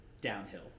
downhill